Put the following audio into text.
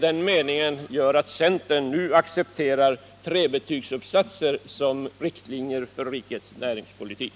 Den meningen lyder: ”Den tekniska utvecklingen bör främja ekologisk balans och en human livsmiljö.”